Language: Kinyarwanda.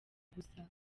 gusa